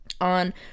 On